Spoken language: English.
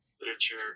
literature